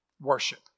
worship